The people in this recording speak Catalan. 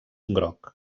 groc